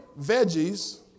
veggies